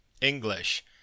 English